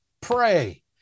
pray